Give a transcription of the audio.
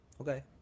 Okay